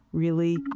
really,